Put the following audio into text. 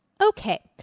Okay